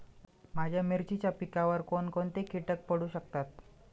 माझ्या मिरचीच्या पिकावर कोण कोणते कीटक पडू शकतात?